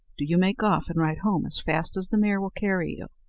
do you make off, and ride home as fast as the mare will carry you.